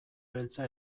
beltza